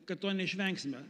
kad to neišvengsime